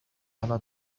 على